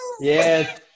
Yes